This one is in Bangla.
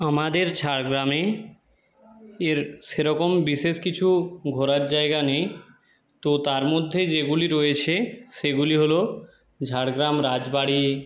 আমাদের ঝাড়গ্রামে এর সেরকম বিশেষ কিছু ঘোরার জায়গা নেই তো তার মধ্যে যেগুলি রয়েছে সেগুলি হলো ঝাড়গ্রাম রাজবাড়ি